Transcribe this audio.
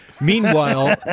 Meanwhile